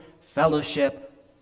fellowship